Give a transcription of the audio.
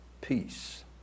peace